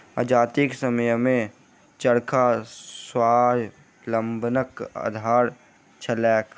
आजादीक समयमे चरखा स्वावलंबनक आधार छलैक